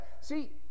See